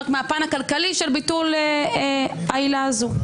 רק מהפן הכלכלי של ביטול העילה הזאת.